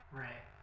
right